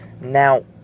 Now